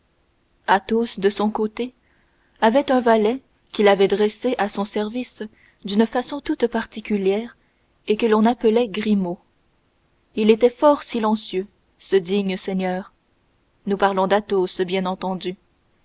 depuis athos de son côté avait un valet qu'il avait dressé à son service d'une façon toute particulière et que l'on appelait grimaud il était fort silencieux ce digne seigneur nous parlons d'athos bien entendu